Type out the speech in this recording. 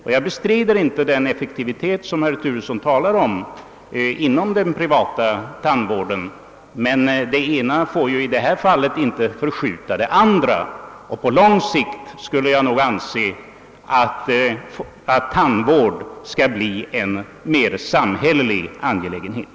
Jag bestrider inte den effektivitet inom den privata tandvården som herr Turesson talar om, men den ena formen får inte förskjuta den andra och jag anser att tandvården på lång sikt i större utsträckning bör bli en samhällelig angelägenhet.